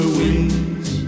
wings